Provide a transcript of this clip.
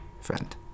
friend